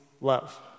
love